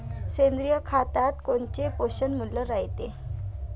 सेंद्रिय खतात कोनचे पोषनमूल्य रायते?